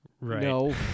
no